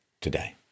today